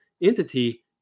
entity